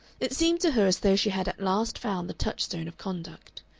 it seemed to her as though she had at last found the touchstone of conduct.